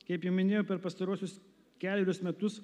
kaip jau minėjau per pastaruosius kelerius metus